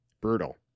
Brutal